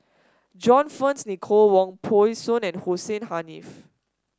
John Fearns Nicoll Wong Peng Soon and Hussein Haniff